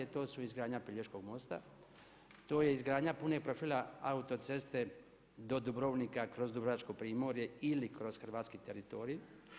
To su izgradnja Pelješkog mosta, to je izgradnja punog profila autoceste do Dubrovnika kroz dubrovačko primorje ili kroz hrvatski teritorij.